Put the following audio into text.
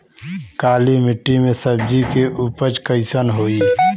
काली मिट्टी में सब्जी के उपज कइसन होई?